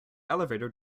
elevator